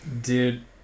Dude